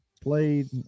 played